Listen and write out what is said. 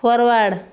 forward